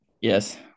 Yes